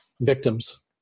victims